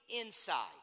inside